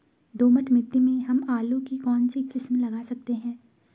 दोमट मिट्टी में हम आलू की कौन सी किस्म लगा सकते हैं?